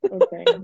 Okay